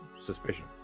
suspicion